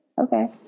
Okay